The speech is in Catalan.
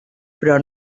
però